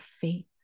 faith